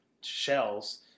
shells